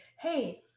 hey